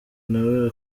nawe